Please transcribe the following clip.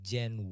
Gen